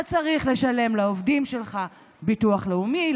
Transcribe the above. אתה צריך לשלם לעובדים שלך ביטוח לאומי,